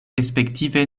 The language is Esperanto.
respektive